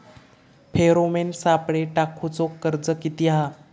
Pheromone सापळे टाकूचो खर्च किती हा?